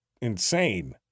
insane